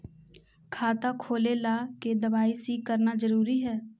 खाता खोले ला के दवाई सी करना जरूरी है?